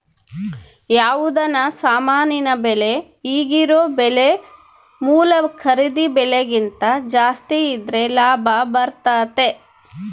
ಯಾವುದನ ಸಾಮಾನಿನ ಬೆಲೆ ಈಗಿರೊ ಬೆಲೆ ಮೂಲ ಖರೀದಿ ಬೆಲೆಕಿಂತ ಜಾಸ್ತಿದ್ರೆ ಲಾಭ ಬರ್ತತತೆ